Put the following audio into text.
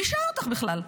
מי שאל אותך בכלל?